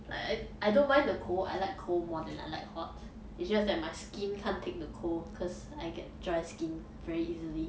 I I don't mind the cold I like cold more than I like hot it's just that my skin can't take the cold cause I get dry skin very easily